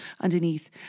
underneath